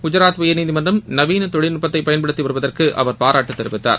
குஜராத் உயர்நீதிமன்றம் நவீன தொழில்நட்பத்தை பயன்படுத்தி வருவதற்கு அவர் பாராட்டு தெரிவித்தார்